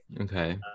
Okay